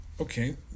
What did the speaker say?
Okay